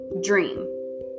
Dream